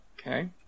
Okay